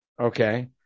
okay